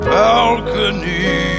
balcony